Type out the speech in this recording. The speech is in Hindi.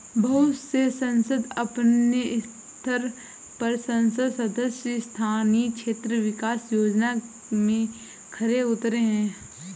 बहुत से संसद अपने स्तर पर संसद सदस्य स्थानीय क्षेत्र विकास योजना में खरे उतरे हैं